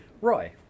Roy